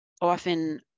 often